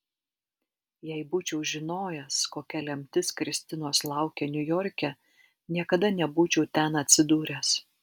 jei būčiau žinojęs kokia lemtis kristinos laukia niujorke niekada nebūčiau ten atsidūręs